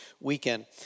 weekend